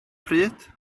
pryd